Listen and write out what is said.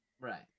Right